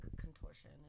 contortion